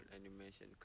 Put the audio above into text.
animation